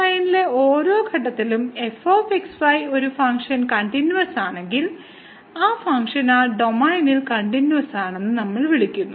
D ഡൊമെയ്നിലെ ഓരോ ഘട്ടത്തിലും f x y ഒരു ഫംഗ്ഷൻ കണ്ടിന്യൂവസാണെങ്കിൽ ആ ഫംഗ്ഷൻ ആ ഡൊമെയ്നിൽ കണ്ടിന്യൂവസാണെന്ന് നമ്മൾ വിളിക്കുന്നു